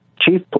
chief